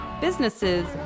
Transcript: businesses